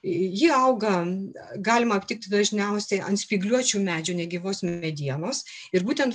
ji auga galima aptikti dažniausiai ant spygliuočių medžių negyvos medienos ir būtent